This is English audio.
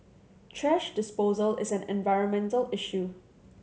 thrash disposal is an environmental issue